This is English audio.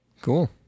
cool